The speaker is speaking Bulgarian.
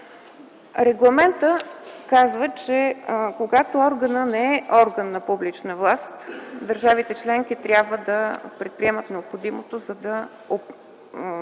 Регламентът казва, че когато органът не е орган на публична власт, държавите членки трябва да предприемат необходимото, за да оправомощят